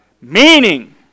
meaning